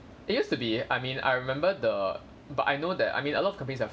it used to be I mean I remember the but I know that I mean a lot of companies are